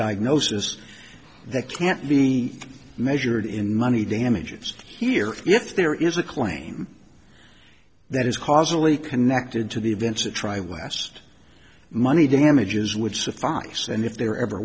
diagnosis that can't be measured in money damages here if there is a claim that is causally connected to the events try west money damages would suffice and if they were ever